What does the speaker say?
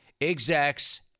execs